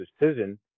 decision